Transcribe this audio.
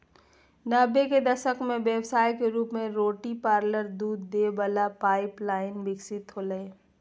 नब्बे के दशक में व्यवसाय के रूप में रोटरी पार्लर दूध दे वला पाइप लाइन विकसित होलय